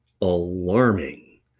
alarming